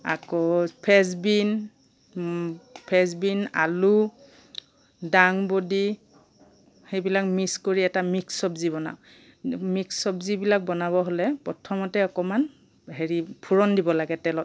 আকৌ French bean French bean আলু দাংবডি সেইবিলাক মিক্স কৰি এটা মিক্স চবজি বনাও মিক্স চবজিবিলাক বনাব হ'লে প্ৰথমতে অকণমান হেৰি ফুৰণ দিব লাগে তেলত